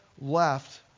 left